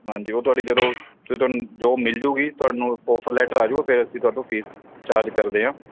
ਹਾਂਜੀ ਉਹ ਤੁਹਾਡੀ ਜਦੋਂ ਜੋ ਤੁਹਾਨੂੰ ਜੋਬ ਮਿਲ ਜੂਗੀ ਤੁਹਾਨੂੰ ਆਫਰ ਲੈਟਰ ਆ ਜਾਊਗਾ ਫਿਰ ਅਸੀਂ ਤੁਹਾਡੇ ਤੋਂ ਫੀਸ ਚਾਰਜ ਕਰਦੇ ਹਾਂ